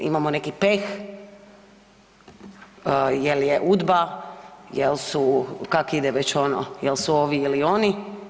Imamo neki peh, jel' je UDBA, jel' su kak' ide već ono jel' su ovi ili oni.